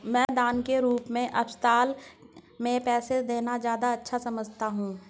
मैं दान के रूप में अस्पताल में पैसे देना ज्यादा अच्छा समझता हूँ